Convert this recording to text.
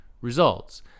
results